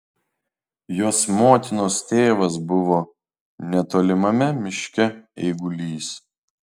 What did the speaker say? jos motinos tėvas buvo netolimame miške eigulys